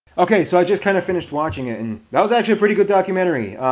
okay, so i just kind of finished watching it and that was actually a pretty good documentary.